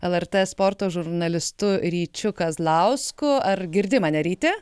lrt sporto žurnalistu ryčiu kazlausku ar girdi mane ryti